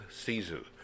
season